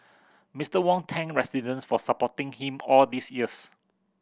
Mister Wong thanked residents for supporting him all these years